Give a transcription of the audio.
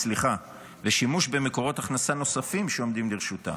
והשימוש במקורות הכנסה נוספים שעומדים לרשותה